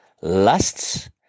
lusts